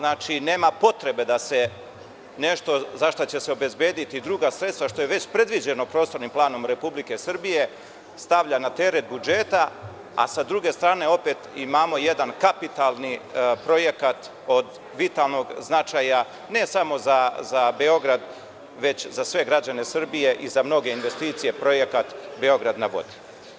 Nema potrebe da se nešto za šta će se obezbediti druga sredstva, što je već predviđeno prostornim planom RS, stavlja na teret budžeta, a sa druge strane, opet, imamo jedan kapitalni projekat od vitalnog značaja, ne samo za Beograd, već i za sve građane Srbije i za mnoge investicije, Projekat Beograd na vodi.